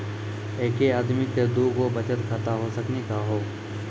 एके आदमी के दू गो बचत खाता हो सकनी का हो?